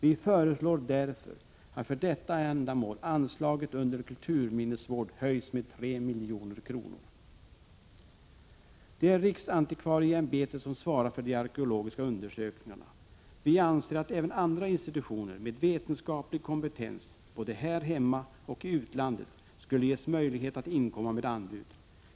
Vi föreslår därför att för detta ändamål anslaget under Kulturminnesvård höjs med 3 milj.kr. Det är riksantikvarieämbetet som svarar för de arkeologiska undersökningarna. Vi anser att även andra institutioner med vetenskaplig kompetens både här hemma och i utlandet borde ges möjlighet att inkomma med anbud.